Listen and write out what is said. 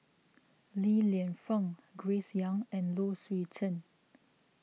Li Lienfung Grace Young and Low Swee Chen